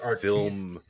film